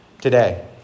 today